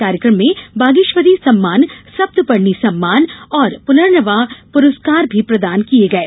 कार्यकम में वागीश्वरी सम्मान सप्तपर्णी सम्मान और पुनर्नवा पुरस्कार भी प्रदान किये गये